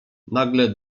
nagle